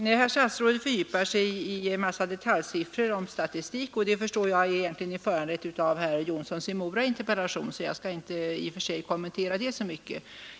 Herr statsrådet fördjupar sig i en mängd detaljsiffror om statistik, och det förstår jag egentligen är föranlett av herr Jonssons i Mora interpellation, så jag skall inte i och för sig kommentera det så mycket.